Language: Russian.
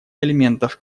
элементов